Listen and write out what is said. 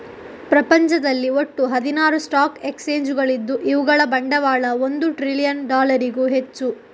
ಪ್ರಪಂಚದಲ್ಲಿ ಒಟ್ಟು ಹದಿನಾರು ಸ್ಟಾಕ್ ಎಕ್ಸ್ಚೇಂಜುಗಳಿದ್ದು ಇವುಗಳ ಬಂಡವಾಳ ಒಂದು ಟ್ರಿಲಿಯನ್ ಡಾಲರಿಗೂ ಹೆಚ್ಚು